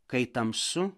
kai tamsu